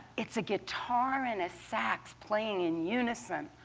it's a guitar and a sax playing in unison.